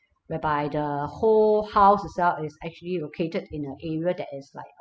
whereby the whole house itself is actually located in a area that is like